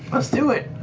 let's do it.